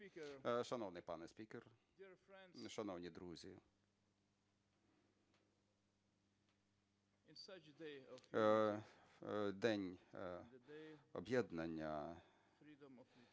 Шановний пане спікер, шановні друзі, День об'єднання,